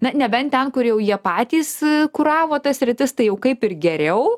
na nebent ten kur jau jie patys kuravo tas sritis tai jau kaip ir geriau